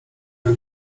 jak